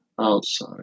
outside